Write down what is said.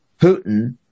Putin